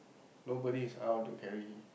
nobody is allowed to carry him